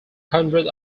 hundred